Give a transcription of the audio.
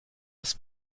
als